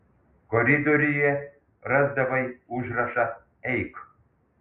koridoriuje rasdavai užrašą eik